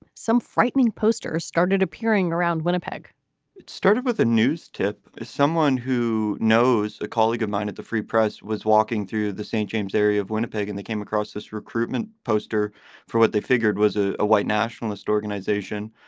some frightening posters started appearing around winnipeg it started with a news tip is someone who knows. a colleague of mine at the free press was walking through the st. james area of winnipeg and came across this recruitment poster for what they figured was ah a white nationalist organization.